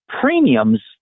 premiums